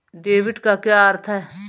Debit का अर्थ क्या है?